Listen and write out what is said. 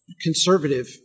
conservative